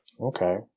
Okay